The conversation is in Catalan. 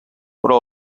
però